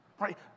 right